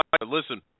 Listen